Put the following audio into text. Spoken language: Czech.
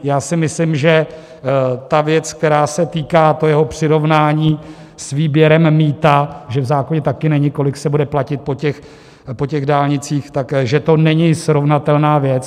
Já si myslím, že ta věc, která se týká, to jeho přirovnání s výběrem mýta že v zákoně také není, kolik se bude platit po dálnicích že to není srovnatelná věc.